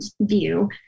view